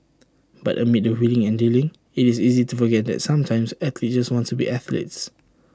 but amid the wheeling and dealing IT is easy to forget that sometimes athletes just want to be athletes